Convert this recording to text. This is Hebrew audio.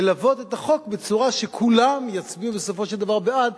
ללוות את החוק בצורה שכולם יצביעו בסופו של דבר בעד,